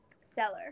seller